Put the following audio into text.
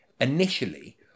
initially